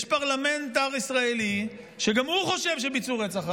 יש פרלמנטר ישראלי שגם הוא חושב שביצעו רצח עם.